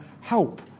help